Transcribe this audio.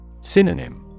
Synonym